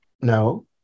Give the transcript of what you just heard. No